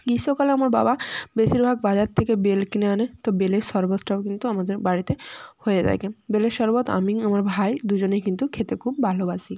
গীষ্মকালে আমার বাবা বেশিরভাগ বাজার থেকে বেল কিনে আনে তো বেলের শরবতটাও কিন্তু আমাদের বাড়িতে হয়ে থাকে বেলের শরবত আমি আমার ভাই দুজনেই কিন্তু খেতে খুব